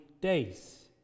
days